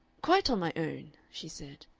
quite on my own, she said.